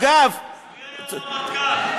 אגב, מי היה הרמטכ"ל?